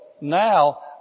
now